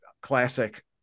classic